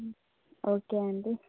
okay అండి